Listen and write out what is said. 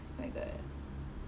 my god